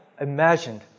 imagined